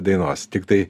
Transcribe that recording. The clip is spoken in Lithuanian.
dainos tiktai